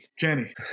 Kenny